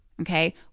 Okay